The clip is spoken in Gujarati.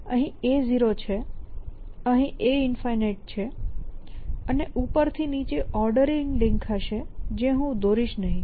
અહીં A0 છે અહીં A∞ છે અને ઉપરથી નીચે ઓર્ડરિંગ લિંક હશે જે હું દોરીશ નહીં